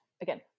again